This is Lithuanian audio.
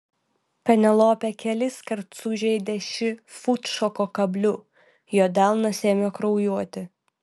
penelopė keliskart sužeidė šį futštoko kabliu jo delnas ėmė kraujuoti